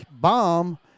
bomb